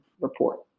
report